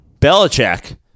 Belichick